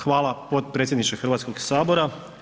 Hvala potpredsjedniče Hrvatskog sabora.